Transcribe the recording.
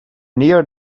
nearer